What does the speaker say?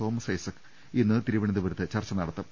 തോമസ്ഐസക് ഇന്ന് തിരുവനന്തപുരത്ത് ചർച്ച നടത്തും